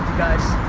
guys.